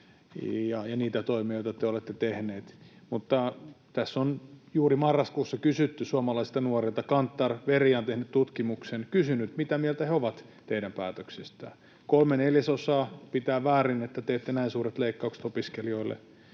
ja niitä toimia, joita te olette tehneet. Mutta tästä on juuri marraskuussa kysytty suomalaisilta nuorilta. Kantar, Verian, on tehnyt tutkimuksen ja kysynyt, mitä mieltä he ovat teidän päätöksistänne. Kolme neljäsosaa pitää vääränä, että teette näin suuret leikkaukset opiskelijoille,